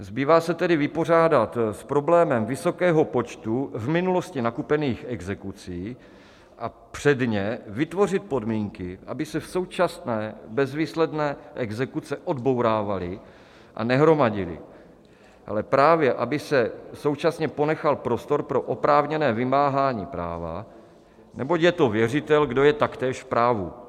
Zbývá se tedy vypořádat s problémem vysokého počtu v minulosti nakupených exekucí a předně vytvořit podmínky, aby se současné bezvýsledné exekuce odbourávaly a nehromadily, ale právě aby se současně ponechal prostor pro oprávněné vymáhání práva, neboť je to věřitel, kdo je taktéž v právu.